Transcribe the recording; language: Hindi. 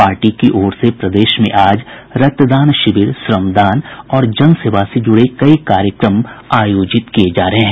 पार्टी की ओर से प्रदेश में आज रक्तदान शिविर श्रमदान और जनसेवा से जुड़े कई कार्यक्रम आयोजित किये जा रहे हैं